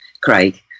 Craig